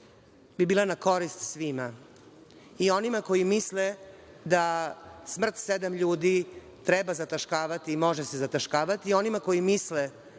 bi bila na korist svima i onima koji misle da smrt sedam ljudi treba zataškavati i može se zataškavati i onima koji misle